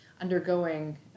undergoing